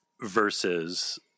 versus